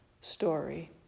story